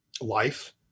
life